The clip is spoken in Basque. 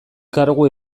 kargu